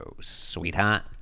sweetheart